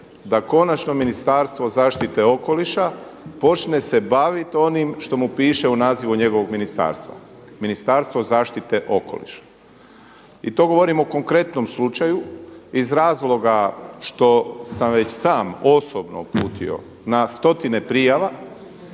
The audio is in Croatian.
da konačno Ministarstvo zaštite okoliša počne se bavit onim što mu piše u nazivu njegovog ministarstva – Ministarstvo zaštite okoliša. I to govorim u konkretnom slučaju iz razloga što sam već sam osobno uputio na stotine prijava,